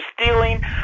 stealing